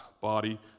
body